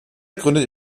gründete